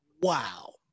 wow